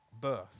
birth